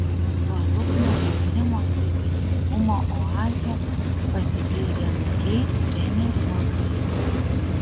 paluknio jaunimo sveikatingumo oazė pasipildė naujais treniruokliais